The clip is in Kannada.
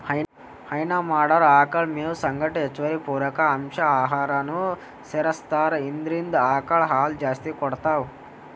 ಹೈನಾ ಮಾಡೊರ್ ಆಕಳ್ ಮೇವ್ ಸಂಗಟ್ ಹೆಚ್ಚುವರಿ ಪೂರಕ ಅಂಶ್ ಆಹಾರನೂ ಸೆರಸ್ತಾರ್ ಇದ್ರಿಂದ್ ಆಕಳ್ ಹಾಲ್ ಜಾಸ್ತಿ ಕೊಡ್ತಾವ್